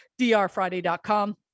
drfriday.com